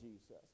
Jesus